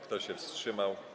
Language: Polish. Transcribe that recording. Kto się wstrzymał?